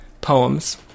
poems